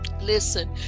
Listen